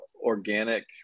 Organic